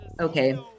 Okay